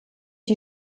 die